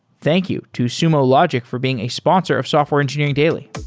thank you to sumo logic for being a sponsor of software engineering daily